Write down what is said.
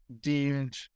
deemed